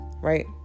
Right